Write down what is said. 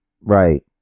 Right